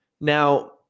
Now